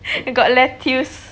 he got lettuce